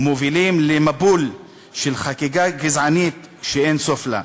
ומובילים למבול של חקיקה גזענית שאין סוף לה.